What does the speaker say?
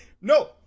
no